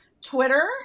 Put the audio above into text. Twitter